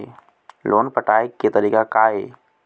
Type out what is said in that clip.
Loan पटाए के तारीख़ का हे?